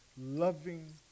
loving